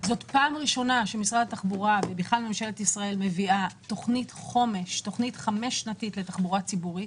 זאת הפעם הראשונה שמשרד התחבורה מביא תכנית חמש שנתית לתחבורה ציבורית.